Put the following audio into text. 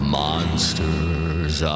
monsters